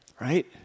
right